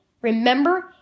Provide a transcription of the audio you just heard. remember